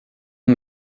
och